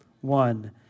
One